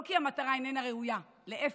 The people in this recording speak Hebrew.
לא כי המטרה איננה ראויה, להפך,